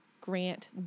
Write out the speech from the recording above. Grant